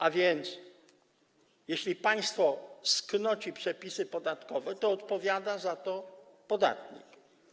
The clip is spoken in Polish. A więc jeśli państwo sknoci przepisy podatkowe, to odpowiada za to podatnik.